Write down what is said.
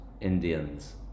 Indians